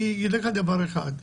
אני אגיד לך דבר אחד,